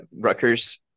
Rutgers